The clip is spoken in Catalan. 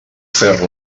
fer